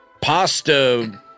pasta